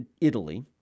Italy